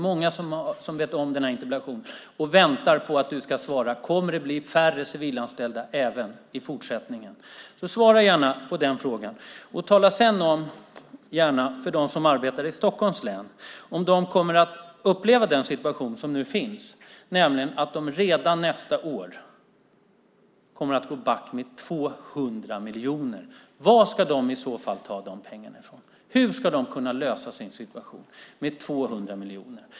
Många känner till denna interpellationsdebatt, och jag kan försäkra att många väntar på svaret. Kommer det att bli färre civilanställda även i fortsättningen? Svara gärna på den frågan! Och tala sedan gärna om för dem som arbetar i Stockholms län, om de kommer att uppleva den situation som nu finns, att de redan nästa år kommer att gå back med 200 miljoner! Varifrån ska de i så fall ta de pengarna? Hur ska de kunna lösa sin situation med 200 miljoner?